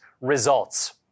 results